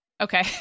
Okay